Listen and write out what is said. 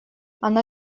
она